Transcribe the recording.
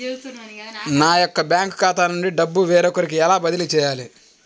నా యొక్క బ్యాంకు ఖాతా నుండి డబ్బు వేరొకరికి ఎలా బదిలీ చేయాలి?